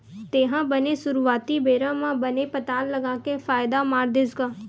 तेहा बने सुरुवाती बेरा म बने पताल लगा के फायदा मार देस गा?